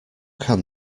can